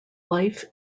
life